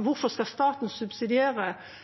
Hvorfor skal staten